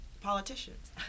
politicians